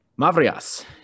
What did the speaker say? Mavrias